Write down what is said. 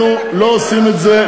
אנחנו לא עושים את זה,